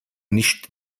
nicht